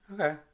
okay